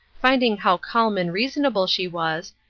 finding how calm and reasonable she was,